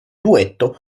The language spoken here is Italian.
duetto